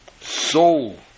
soul